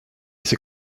c’est